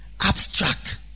Abstract